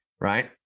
right